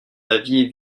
aviez